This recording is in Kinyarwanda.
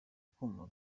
kuma